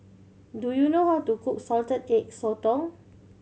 do you know how to cook Salted Egg Sotong